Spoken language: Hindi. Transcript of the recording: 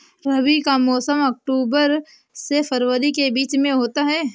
रबी का मौसम अक्टूबर से फरवरी के बीच में होता है